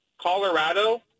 Colorado